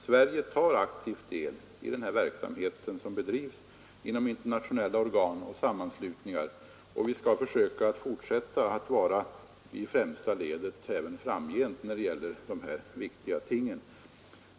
Sverige tar aktiv del i den verksamhet som bedrivs inom internationella organ och sammanslutningar, och vi skall försöka fortsätta att vara i främsta ledet även framgent när det gäller dessa viktiga ting.